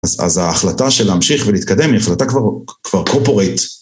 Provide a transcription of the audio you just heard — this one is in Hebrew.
אז ההחלטה של להמשיך ולהתקדם היא החלטה כבר קורפוריט.